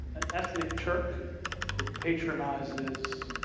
an ethnic turk who patronizes